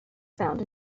found